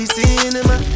cinema